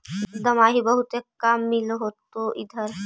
दमाहि बहुते काम मिल होतो इधर?